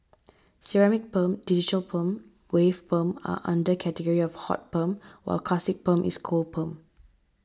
ceramic perm digital perm wave perm are under category of hot perm while classic perm is cold perm